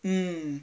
mm